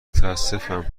متأسفم